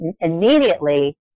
immediately